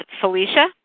Felicia